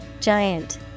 Giant